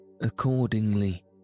Accordingly